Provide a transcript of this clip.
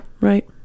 Right